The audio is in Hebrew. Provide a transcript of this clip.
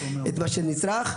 את מה שנצרך.